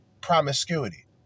promiscuity